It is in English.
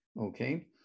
okay